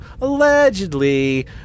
Allegedly